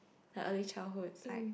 like early childhoods like